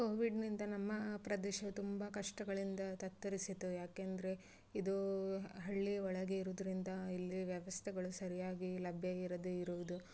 ಕೋವಿಡ್ನಿಂದ ನಮ್ಮ ಪ್ರದೇಶ ತುಂಬ ಕಷ್ಟಗಳಿಂದ ತತ್ತರಿಸಿತು ಯಾಕಂದ್ರೆ ಇದು ಹಳ್ಳಿ ಒಳಗೆ ಇರೋದ್ರಿಂದ ಇಲ್ಲಿ ವ್ಯವಸ್ಥೆಗಳು ಸರಿಯಾಗಿ ಲಭ್ಯ ಇರದೇ ಇರುವುದು